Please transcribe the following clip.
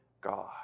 God